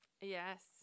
yes